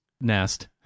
nest